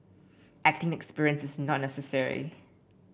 acting experience is not necessary